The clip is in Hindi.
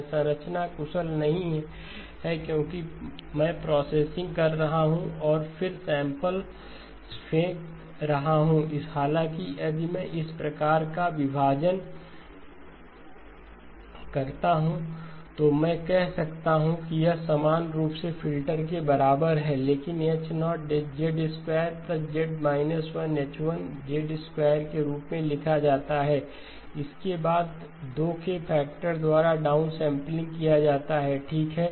यह संरचना कुशल नहीं है क्योंकि मैं प्रोसेसिंग कर रहा हूं और फिर सैंपलस फेंक रहा हूं हालाँकि यदि मैं इस प्रकार का विभाजन करता हूं तो मैं कह सकता हूं कि यह समान रूप से फ़िल्टर के बराबर है लेकिन अब H 0 Z 1H1 के रूप में लिखा जाता है इसके बाद 2 के फैक्टर द्वारा डाउनसैंपलिंग किया जाता है ठीक है